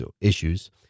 issues